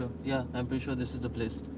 yeah i'm pretty sure this is the place.